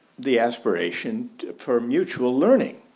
the aspiration for mutual learning?